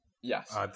Yes